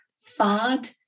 fad